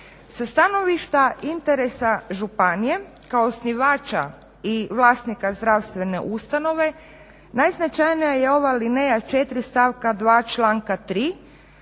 Sa stanovišta interesa županije kao osnivača i vlasnika zdravstvene ustanove najznačajnija je ova alineja 4. stavka 2. članka 3.